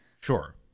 Sure